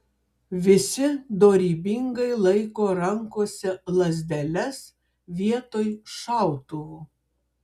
visi dorybingai laiko rankose lazdeles vietoj šautuvų